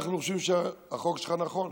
אנחנו חושבים שהחוק שלך נכון,